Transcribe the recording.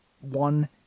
one